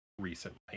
recently